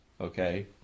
okay